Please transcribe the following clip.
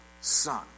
son